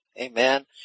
Amen